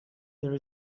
there